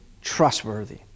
trustworthy